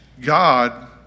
God